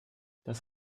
das